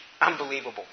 Unbelievable